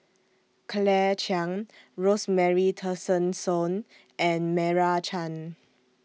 Claire Chiang Rosemary Tessensohn and Meira Chand